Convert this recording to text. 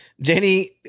jenny